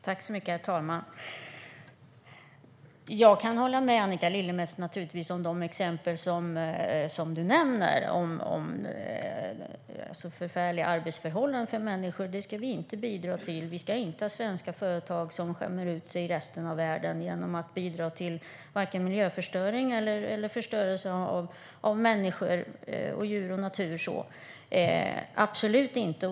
Herr talman! Jag kan naturligtvis hålla med Annika Lillemets om de exempel som hon nämner om förfärliga arbetsförhållanden för människor. Sådant ska vi inte bidra till. Vi ska inte ha svenska företag som skämmer ut sig i resten av världen genom att bidra till vare sig miljöförstöring eller förstörelse av människor, djur eller natur - absolut inte.